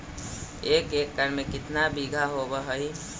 एक एकड़ में केतना बिघा होब हइ?